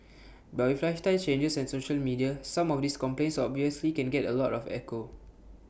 but with lifestyle changes and social media some of these complaints obviously can get A lot of echo